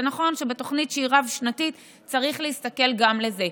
זה נכון שבתוכנית שהיא רב-שנתית צריך להסתכל גם על זה,